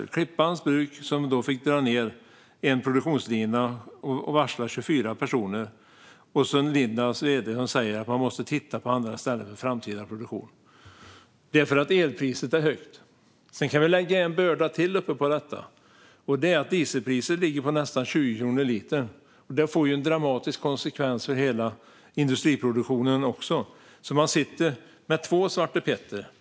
Det är Klippans Bruk som fick dra ned en produktionslina och varsla 24 personer och sedan Lindabs vd som säger att man måste titta på andra ställen för framtida produktion. Det är för att elpriset är högt. Sedan kan vi lägga en börda till på detta. Det är att dieselpriset ligger på nästan 20 kronor litern. Det får också en dramatisk konsekvens för hela industriproduktionen. Man sitter med två Svarte Petter.